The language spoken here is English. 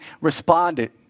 responded